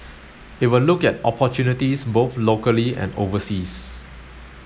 it will look at opportunities both locally and overseas